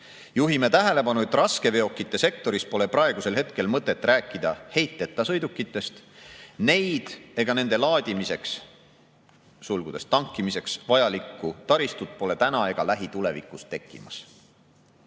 Juhime tähelepanu, et raskeveokite sektoris pole praegusel hetkel mõtet rääkida heiteta sõidukitest, neid ega nende laadimiseks (tankimiseks) vajaliku taristut pole täna ega lähitulevikus tekkimas.